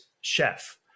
chef